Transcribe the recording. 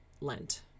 lent